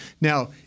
Now